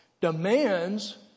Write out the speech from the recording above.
demands